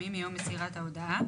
בהצלחה.